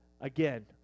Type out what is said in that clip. Again